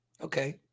Okay